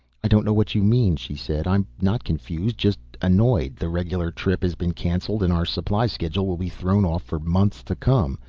i don't know what you mean, she said, i'm not confused. just annoyed. the regular trip has been canceled and our supply schedule will be thrown off for months to come.